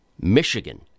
Michigan